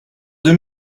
deux